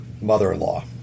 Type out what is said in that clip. mother-in-law